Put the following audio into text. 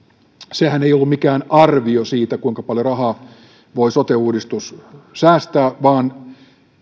sehän ei ollut mikään arvio siitä kuinka paljon rahaa sote uudistus voi säästää vaan